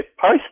post